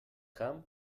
come